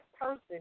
person